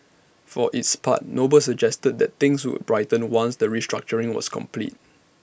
for its part noble suggested that things would brighten once the restructuring was complete